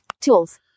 Tools